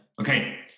Okay